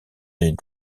des